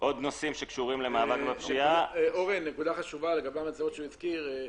נקודה חשובה לגבי המצלמות שהוא הזכיר,